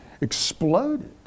exploded